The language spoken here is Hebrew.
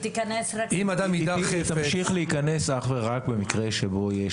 היא תמשיך להיכנס אך ורק במקרה שבו יש